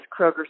Kroger